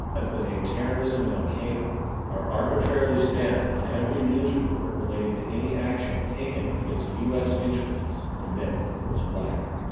as the name terrorism and al qaida are arbitrarilly stamped on every news report relating to any action taken against us interests the myth grows wider.